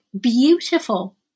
beautiful